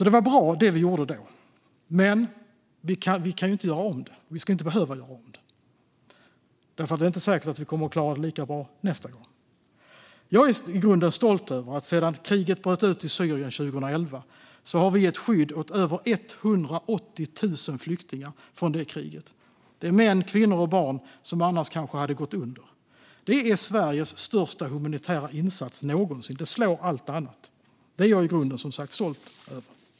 Det var bra det vi gjorde då, men vi kan inte göra om det. Vi ska inte behöva göra om det, för det är inte säkert att vi kommer att klara av det lika bra nästa gång. Jag är i grunden stolt över att vi sedan kriget bröt ut i Syrien 2011 har gett skydd åt över 180 000 flyktingar från det kriget. Det är män, kvinnor och barn som annars kanske hade gått under. Det är Sveriges största humanitära insats någonsin. Det slår allt annat. Det är jag i grunden som sagt stolt över.